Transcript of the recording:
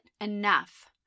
Enough